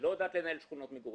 היא לא יודעת לנהל שכונות מגורים.